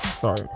Sorry